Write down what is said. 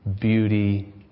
beauty